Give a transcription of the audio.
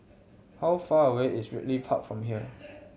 how far away is Ridley Park from here